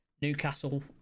Newcastle